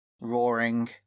roaring